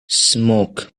smoke